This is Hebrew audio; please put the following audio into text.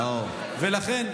לכן,